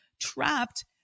trapped